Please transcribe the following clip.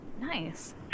nice